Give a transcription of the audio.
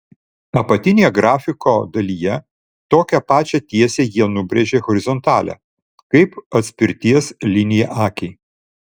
apatinėje grafiko dalyje tokią pačią tiesę jie nubrėžė horizontalią kaip atspirties liniją akiai